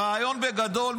הרעיון בגדול,